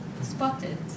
spotted